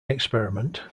experiment